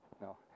no